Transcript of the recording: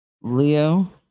Leo